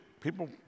People